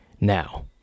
Now